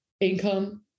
income